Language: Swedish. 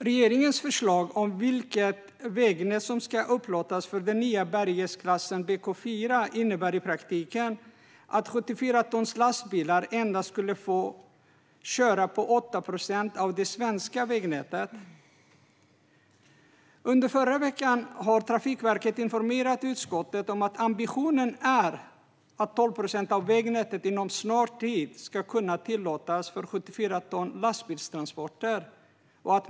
Regeringens ursprungliga förslag om vilket vägnät som ska upplåtas för den nya bärighetsklassen BK4 innebär i praktiken att 74tonslastbilar endast skulle få köras på 8 procent av det svenska vägnätet. Under förra veckan informerade Trafikverket utskottet om att ambitionen är att 12 procent av vägnätet inom en snar framtid ska kunna upplåtas för transporter med 74-tonslastbilar.